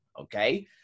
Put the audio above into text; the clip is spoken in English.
okay